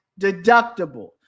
deductible